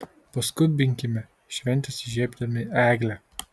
paskubinkime šventes įžiebdami eglę